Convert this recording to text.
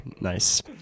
nice